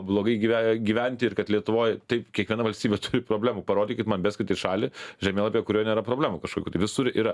blogai gyve gyventi ir kad lietuvoj taip kiekviena valstybė turi problemų parodykit man beskit į šalį žemėlapy kurioj nėra problemų kažkokių tai visur yra